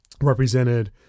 represented